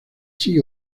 chi